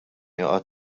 għad